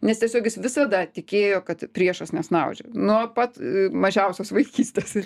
nes tiesiog jis visada tikėjo kad priešas nesnaudžia nuo pat mažiausios vaikystės